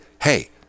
hey